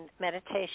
meditation